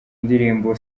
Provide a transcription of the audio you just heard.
ndirimbo